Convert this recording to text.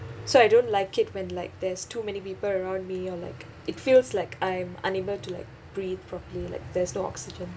so I don't like it when like there's too many people around me or like it feels like I'm unable to like breathe properly like there's no oxygen